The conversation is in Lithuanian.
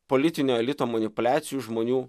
politinio elito manipuliacijų žmonių